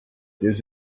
this